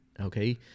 Okay